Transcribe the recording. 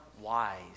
wise